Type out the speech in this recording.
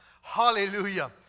Hallelujah